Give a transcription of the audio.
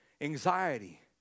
anxiety